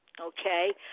okay